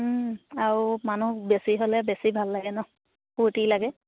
আৰু মানুহ বেছি হ'লে বেছি ভাল লাগে ন ফুৰ্তি লাগে